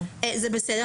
זה בסדר.